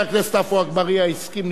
הדברים, בבקשה.